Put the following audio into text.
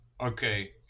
Okay